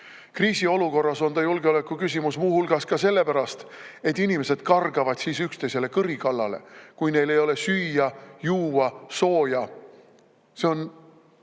Kriisiolukorras on ta julgeolekuküsimus muu hulgas ka sellepärast, et inimesed kargavad siis üksteisele kõri kallale, kui neil ei ole süüa, juua, sooja. See on